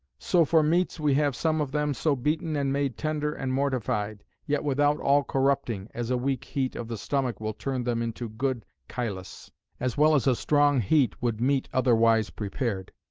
so for meats, we have some of them so beaten and made tender and mortified yet without all corrupting, as a weak heat of the stomach will turn them into good chylus as well as a strong heat would meat otherwise prepared.